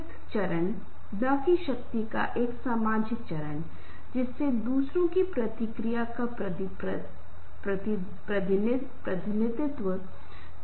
हो सकता है वह भूल गया है या हो सकता है कि वह दबाव में था या वह कुछ और ही सोच रहा था